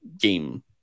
game